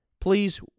please